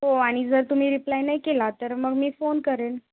हो आणि जर तुम्ही रिप्लाय नाही केला तर मग मी फोन करेन